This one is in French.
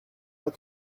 pas